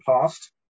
past